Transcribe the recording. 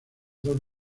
dos